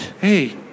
Hey